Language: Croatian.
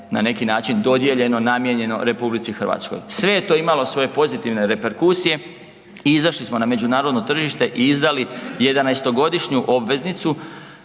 na neki način dodijeljeno, namijenjeno RH. Sve je to imalo svoje pozitivne reperkusije i izašli smo na međunarodno tržište i izdali 11-to godišnju obveznicu